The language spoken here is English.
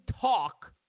talk